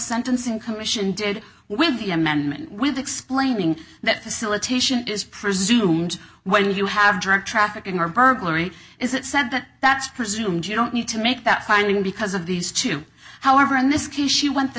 sentencing commission did with the amendment with explaining that facilitation is presumed where you have drug trafficking or burglary is it said that that's presumed you don't need to make that finding because of these two however in this case she went t